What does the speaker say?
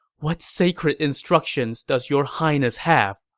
what sacred instructions does your highness have?